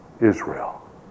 Israel